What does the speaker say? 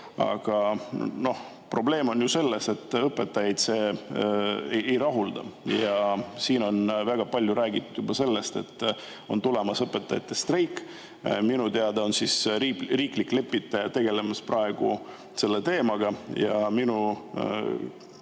Aga probleem on selles, et õpetajaid see ei rahulda, ja on juba väga palju räägitud sellest, et on tulemas õpetajate streik. Minu teada on riiklik lepitaja praegu selle teemaga